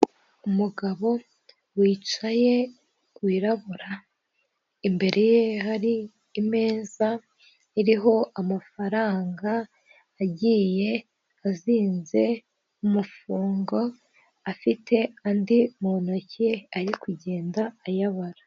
Umugabo wicaye wirabura imbere ye hari imeza iriho amafaranga agiye azinze umufungo, afite andi mu ntoki ari kugenda ayabara.